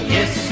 Yes